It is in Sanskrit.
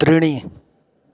त्रीणि